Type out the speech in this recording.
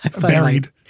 buried